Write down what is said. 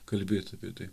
kalbėti apie tai